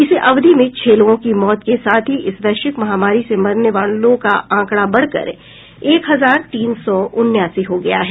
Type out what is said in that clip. इसी अवधि में छह लोगों की मौत के साथ ही इस वैश्विक महामारी से मरने वालों का आंकड़ा बढ़कर एक हजार तीन सौ उनासी हो गया है